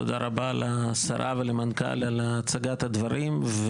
תודה רבה לסרה ולמנכ"ל על הצגת הדברים.